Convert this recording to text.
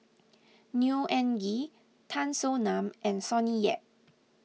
Neo Anngee Tan Soo Nan and Sonny Yap